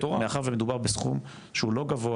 מאחר ומדובר בסכום שהוא לא גבוה,